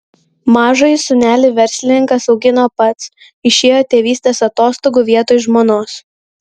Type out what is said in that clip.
mažąjį sūnelį verslininkas augino pats išėjo tėvystės atostogų vietoj žmonos